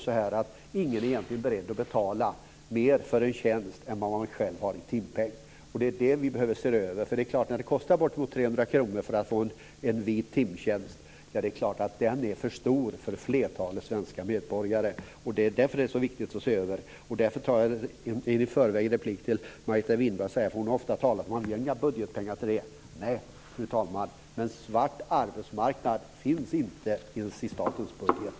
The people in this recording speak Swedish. Ingen är ju egentligen beredd att betala mer för en tjänst än vad man själv har i timpeng. Det är det vi behöver se över. När det kostar bortemot 300 kr för att få en vit timtjänst är det klart att det är för mycket för flertalet svenska medborgare. Det är därför det är så viktigt att se över detta. Och därför tar jag en replik i förväg. Margareta Winberg har ofta talat om att vi inte har några budgetpengar till det. Nej, fru talman, men svart arbetsmarknad finns inte ens i statens budget.